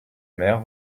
mère